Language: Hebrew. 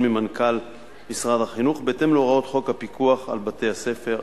ממנכ"ל משרד החינוך בהתאם להוראות חוק הפיקוח על בתי-הספר,